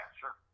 sure